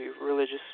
religious